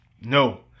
No